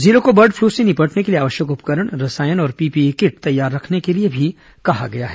जिलों को bird flu से निपटने के लिए आवश्यक उपकरण रसायन और पीपीई किट तैयार रखने के लिए भी कहा गया है